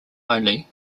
only